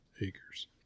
acres